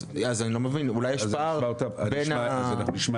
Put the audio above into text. אז אני לא מבין אולי יש פער- -- אז נשמע